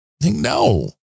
No